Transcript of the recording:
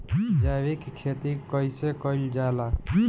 जैविक खेती कईसे कईल जाला?